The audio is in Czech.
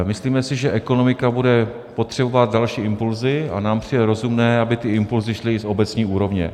Myslíme si, že ekonomika bude potřebovat další impulsy, a nám přijde rozumné, aby ty impulsy šly z obecní úrovně.